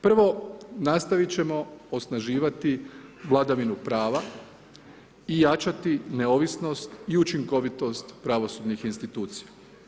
Prvo nastaviti ćemo osnaživati vladavinu prava i jačati neovisnost i učinkovitost pravosudnih institucija.